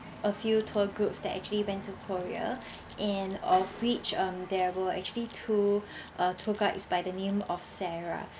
a few tour groups that actually went to korea and of which um there were actually two uh tour guide's by the name of sarah